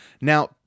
Now